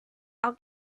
our